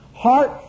Heart